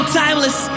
timeless